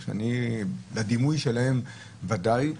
לדימוי שלהם ודאי.